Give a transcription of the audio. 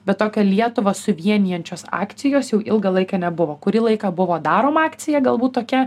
bet tokią lietuvą suvienijančios akcijos jau ilgą laiką nebuvo kurį laiką buvo darom akcija galbūt tokia